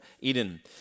Eden